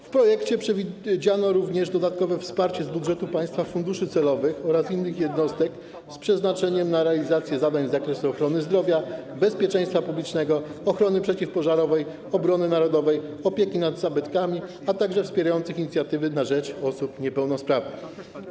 W projekcie przewidziano również dodatkowe wsparcie z budżetu państwa funduszy celowych oraz innych jednostek w celu realizacji zadań z zakresu ochrony zdrowia, bezpieczeństwa publicznego, ochrony przeciwpożarowej, obrony narodowej, opieki nad zabytkami, a także inicjatyw na rzecz osób niepełnosprawnych.